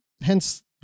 hence